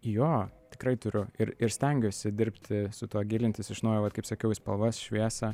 jo tikrai turiu ir ir stengiuosi dirbti su tuo gilintis iš naujo vat kaip sakiau į spalvas šviesą